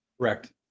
Correct